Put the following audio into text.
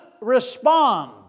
respond